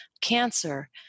cancer